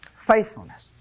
Faithfulness